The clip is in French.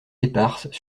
éparses